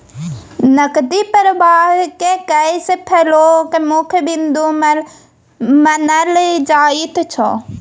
नकदी प्रवाहकेँ कैश फ्लोक मुख्य बिन्दु मानल जाइत छै